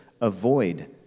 avoid